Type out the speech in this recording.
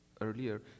earlier